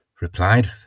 replied